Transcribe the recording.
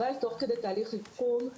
תוך כדי תהליך אבחון,